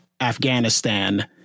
Afghanistan